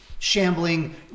shambling